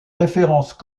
référence